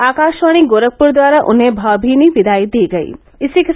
आकाशवाणी गोरखपुर द्वारा उन्हें भावभीनी विदाई दी गयी